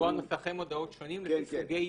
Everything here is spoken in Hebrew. נוסחי מודעות שונים לפי סוגי עיתונים?